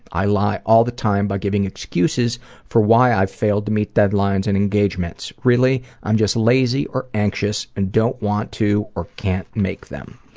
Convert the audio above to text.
i lie all the time by giving excuses for why i failed to meet deadlines and engagements. really, i'm just lazy or anxious and don't want to or can't make them.